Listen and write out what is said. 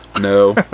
No